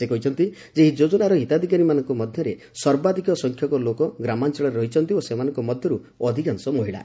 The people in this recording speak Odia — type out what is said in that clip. ସେ କହିଛନ୍ତି ଏହି ଯୋଜନାର ହିତାଧିକାରୀମାନଙ୍କ ମଧ୍ୟରେ ସର୍ବାଧକ ସଂଖ୍ୟକ ଲୋକ ଗ୍ରାମାଞ୍ଚଳରେ ରହିଛନ୍ତି ଓ ସେମାନଙ୍କ ମଧ୍ୟର୍ତ ଅଧିକାଂଶ ମହିଳା